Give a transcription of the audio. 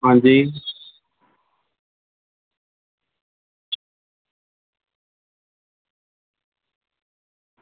हां जी